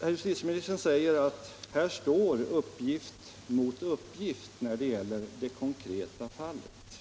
Herr justitieministern säger att uppgift står mot uppgift när det gäller det konkreta fallet.